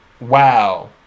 Wow